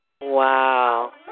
Wow